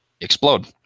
explode